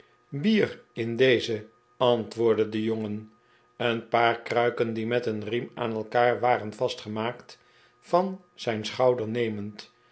bier in deze antwoordde de jongen een paar kruiken die met een riem aan elkaar waren vastgemaakt van zijn schouder nemend